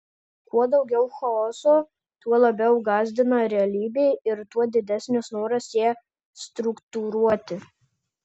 kuo daugiau chaoso tuo labiau gąsdina realybė ir tuo didesnis noras ją struktūruoti